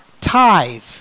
tithe